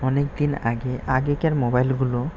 অনেক দিন আগে আগেকার মোবাইলগুলো